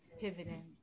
pivoting